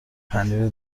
پنیر